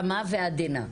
רמה ועדינה.